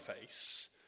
face